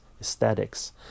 aesthetics